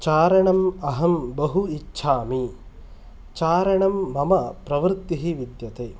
चारणम् अहं बहु इच्छामि चारणं मम प्रवृतिः विद्यते